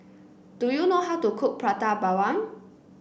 do you know how to cook Prata Bawang